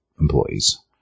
Employees